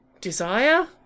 desire